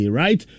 right